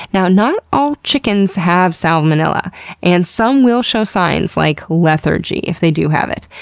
now, not all chickens have salmonella and some will show signs, like lethargy, if they do have it.